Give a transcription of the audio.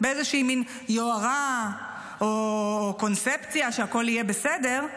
באיזושהי מין יוהרה או קונספציה שהכול יהיה בסדר,